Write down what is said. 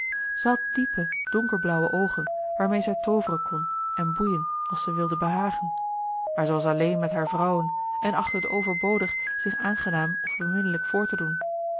had diepe donkerblauwe oogen waarmeê zij tooveren kon en boeien als zij wilde behagen maar zij was alleen met hare vrouwen en achtte het overbodig zich aangenaam of beminnelijk voor te doen